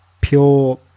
pure